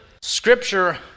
Scripture